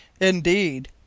Indeed